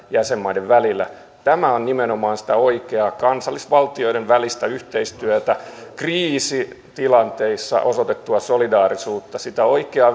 jäsenmaiden välillä tämä on nimenomaan sitä oikeaa kansallisvaltioiden välistä yhteistyötä kriisitilanteissa osoitettua solidaarisuutta sitä oikeaa